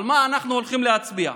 על מה אנחנו הולכים להצביע.